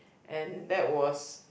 and that was